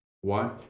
one